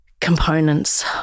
components